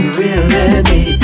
reality